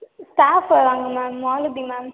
staff வராங்க ma'am Malathi ma'am